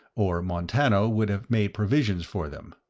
or montano would have made provisions for them.